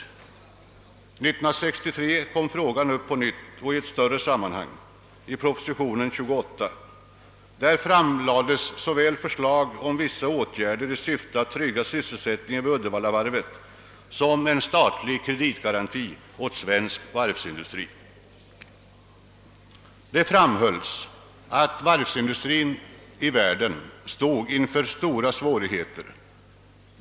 1963 kom frågan upp på nytt och i ett större sammanhang. I proposition nr 28 framlades förslag såväl om vissa åtgärder i syfte att trygga sysselsättningen vid Uddevallavarvet som beträffande en statlig kreditgaranti åt svensk varvsindustri. Det framhölls att varvsindustrin i världen stod inför stora svårigheter.